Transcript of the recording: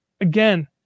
Again